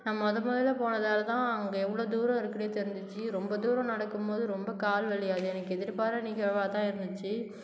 நான் மொதல் முதலில் போனதால் தான் அங்கே எவ்வளோ தூரம் இருக்குனே தெரிஞ்சுச்சு ரொம்ப தூரம் நடக்கும்போது ரொம்ப கால் வலி ஆனது எனக்கு எதிர்பாராத நிகழ்வாக தான் இருந்துச்சு